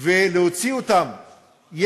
ולהוציא אותם.